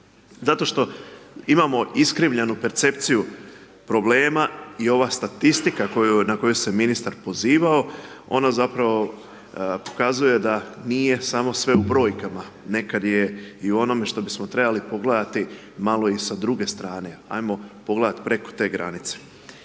Zato što imamo iskrivljenu percepciju problema i ova statistiku na koju se ministar pozivao, ona zapravo pokazuje da nije samo sve u brojkama, nekad je i u onome što bismo trebalo pogledati malo i sa druge strane, ajmo pogledati preko te granice.